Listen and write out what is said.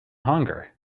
hunger